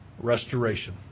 restoration